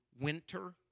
Winter